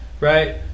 right